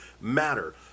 matter